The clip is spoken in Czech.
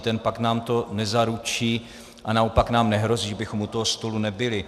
Ten pakt nám to nezaručí a naopak nám nehrozí, že bychom u toho stolu nebyli.